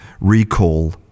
recall